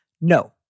No